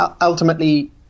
ultimately